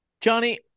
Johnny